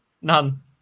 none